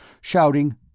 shouting